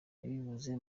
yabivuze